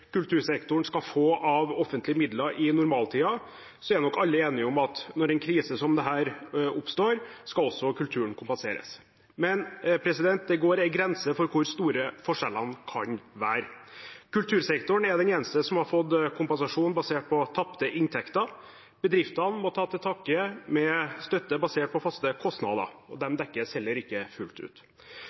kultursektoren skal få av offentlige midler i normaltiden, er nok alle enige om at når en krise som dette oppstår, skal også kulturen kompenseres. Men det går en grense for hvor store forskjellene kan være. Kultursektoren er den eneste som har fått kompensasjon basert på tapte inntekter. Bedriftene må ta til takke med støtte basert på faste kostnader, og de dekkes heller ikke fullt ut.